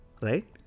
right